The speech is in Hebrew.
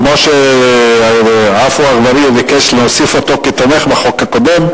כמו שעפו אגבאריה ביקש להוסיף אותו כתומך בחוק הקודם,